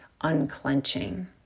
unclenching